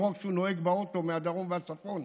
לא רק שהוא נוהג באוטו מהדרום ומהצפון,